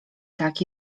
tak